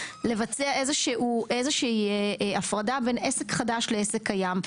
לבצע איזושהי הפרדה בין עסק חדש לעסק קיים,